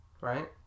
Right